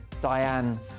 Diane